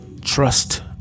Trust